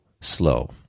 slow